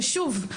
ששוב,